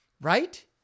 right